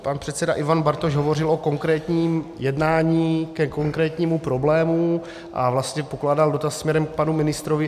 Pan předseda Ivan Bartoš hovořil o konkrétním jednání ke konkrétnímu problému a vlastně pokládal dotaz směrem k panu ministrovi.